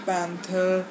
Panther